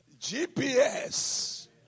GPS